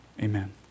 amen